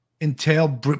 entail